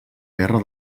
guerra